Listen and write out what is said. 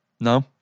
No